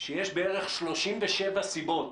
שיש בערך 37 סיבות